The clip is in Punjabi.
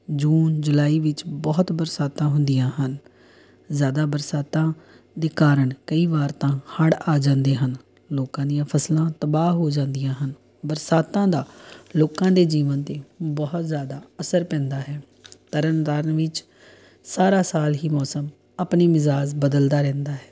ਜੂਨ ਜੁਲਾਈ ਵਿੱਚ ਬਹੁਤ ਬਰਸਾਤਾਂ ਹੁੰਦੀਆਂ ਹਨ ਜ਼ਿਆਦਾ ਬਰਸਾਤਾਂ ਦੇ ਕਾਰਣ ਕਈ ਵਾਰ ਤਾਂ ਹੜ੍ਹ ਆ ਜਾਂਦੇ ਹਨ ਲੋਕਾਂ ਦੀਆਂ ਫਸਲਾਂ ਤਬਾਹ ਹੋ ਜਾਂਦੀਆਂ ਹਨ ਬਰਸਾਤਾਂ ਦਾ ਲੋਕਾਂ ਦੇ ਜੀਵਨ 'ਤੇ ਬਹੁਤ ਜ਼ਿਆਦਾ ਅਸਰ ਪੈਂਦਾ ਹੈ ਤਰਨ ਤਾਰਨ ਵਿੱਚ ਸਾਰਾ ਸਾਲ ਹੀ ਮੌਸਮ ਆਪਣੀ ਮਿਜਾਜ਼ ਬਦਲਦਾ ਰਹਿੰਦਾ ਹੈ